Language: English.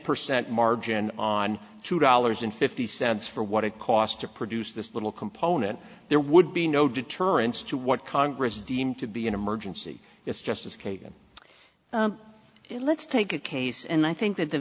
percent margin on two dollars and fifty cents for what it cost to produce this little component there would be no deterrence to what congress deem to be an emergency it's just as kagan let's take a case and i think that the